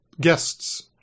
guests